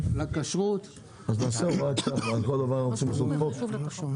לא נשב על העסק שלך --- דרך העסק